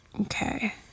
Okay